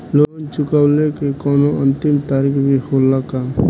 Loan चुकवले के कौनो अंतिम तारीख भी होला का?